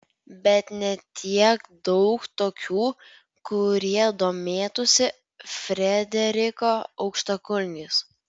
bet ne tiek daug tokių kurie domėtųsi frederiko aukštakulniais